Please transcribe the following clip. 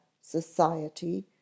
society